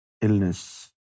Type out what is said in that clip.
illness